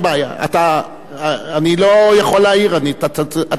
אני לא יכול להעיר, אתה צודק.